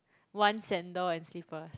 one sandal and slippers